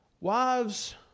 Wives